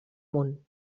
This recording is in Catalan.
món